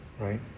Right